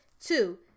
Two